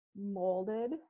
molded